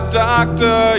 doctor